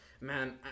man